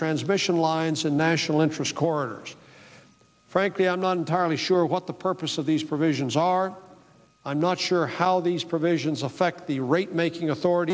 transmission lines and national interest corners frankly i'm not entirely sure what the purpose of these provisions are i'm not sure how these provisions affect the rate making authority